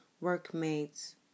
workmates